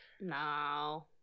no